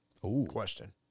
question